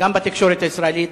גם בתקשורת הישראלית,